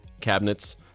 cabinets